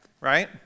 right